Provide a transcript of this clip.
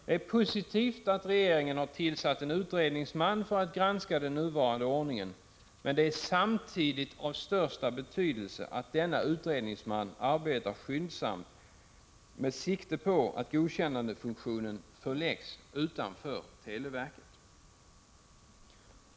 Det är positivt att regeringen har tillsatt en utredningsman för att granska den nuvarande ordningen. Men det är samtidigt av största betydelse att denna utredningsman arbetar skyndsamt med sikte på att godkännandefunktionen förläggs till myndigheter utanför televerket.